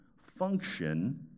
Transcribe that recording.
function